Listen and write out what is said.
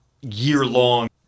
year-long